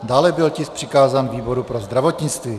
Dále byl tisk přikázán výboru pro zdravotnictví.